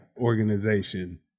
organization